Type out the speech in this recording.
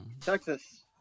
Texas